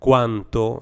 Quanto